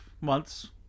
months